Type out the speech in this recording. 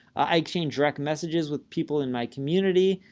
i changed direct messages with people in my community,